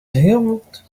held